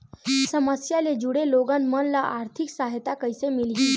समस्या ले जुड़े लोगन मन ल आर्थिक सहायता कइसे मिलही?